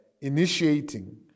initiating